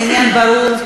העניין ברור.